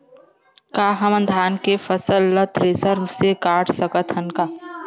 का हमन धान के फसल ला थ्रेसर से काट सकथन का?